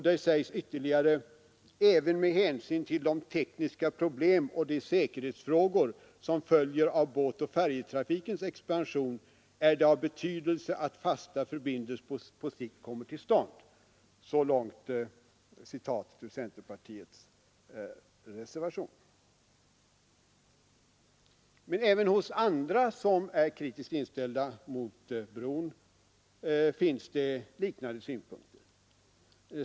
Det sägs ytterligare: ” Även med hänsyn till de tekniska problem och de säkerhetsfrågor som följer av båtoch färjetrafikens expansion är det av betydelse att fasta förbindelser på sikt kommer till stånd.” Även hos andra som är kritiskt inställda mot bron finns det liknande synpunkter.